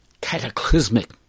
cataclysmic